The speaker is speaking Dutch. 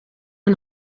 een